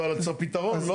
אבל צריך למצוא פתרון.